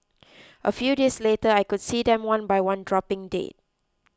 a few days later I could see them one by one dropping dead